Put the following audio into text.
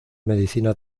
medicina